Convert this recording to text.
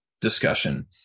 discussion